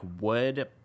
wood